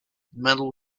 metal